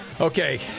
Okay